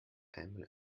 einmal